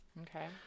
Okay